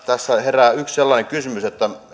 tässä herää yksi kysymys